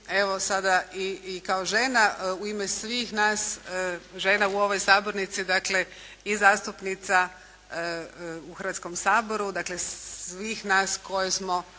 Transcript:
evo sada i kao žena u ime svih nas žena u ovoj sabornici, dakle, i zastupnica u Hrvatskom saboru, dakle, svih nas koje smo